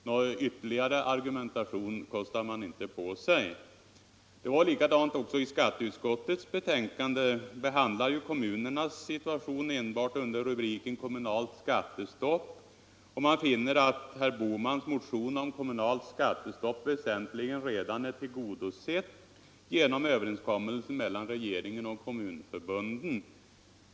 Någon ytterligare argumentation kostar man inte på sig. Det är likadant med skatteutskottets betänkande. Där behandlas kommunernas situation enbart under rubriken Kommunalt skattestopp, och utskottet finner att herr Bohmans motion om kommunalt skattestopp väsentligen redan är tillgodosedd genom överenskommelsen mellan regeringen och kommunförbunden.